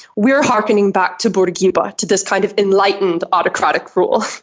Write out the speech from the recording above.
we are harkening back to bourguiba, to this kind of enlightened autocratic rule.